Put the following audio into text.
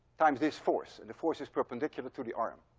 times this force. and the force is perpendicular to the arm.